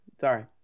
Sorry